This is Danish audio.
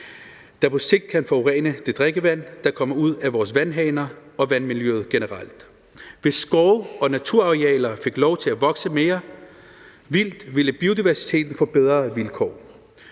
der på sigt kan forurene det drikkevand, der kommer ud af vores vandhaner, og vandmiljøet generelt. Hvis skov- og naturarealerne fik lov til at vokse mere vildt, ville biodiversiteten få bedre vilkår.